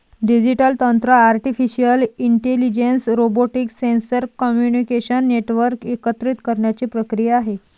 digital तंत्र artificial intelligence, robotics, sensor, communication network एकत्रित करण्याची प्रक्रिया आहे